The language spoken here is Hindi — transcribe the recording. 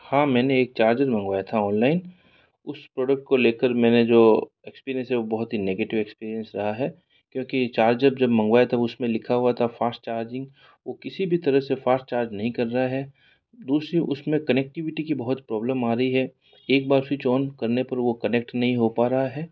हाँ मैंने एक चार्जर मंगवाया था ऑनलाइन उस प्रोडक्ट को ले कर मैंने जो एक्सपीरियंस है वो बहुत ही नेगेटिव एक्सपीरियंस रहा है क्योंकि चार्जर जब मंगवाया था उस में लिखा हुआ था फ़ास्ट चार्जिंग वो किसी भी तरह से फ़ास्ट चार्ज नहीं कर रहा है दूसरी उस में कनेक्टिविटी की बहुत प्रॉब्लम आ रही है एक बार स्विच ऑन करने पर वो कनेक्ट नहीं हो पा रहा है